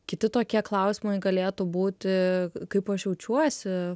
kiti tokie klausimai galėtų būti kaip aš jaučiuosi